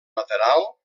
lateral